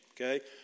okay